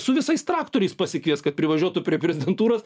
su visais traktoriais pasikviest kad privažiuotų prie prezidentūros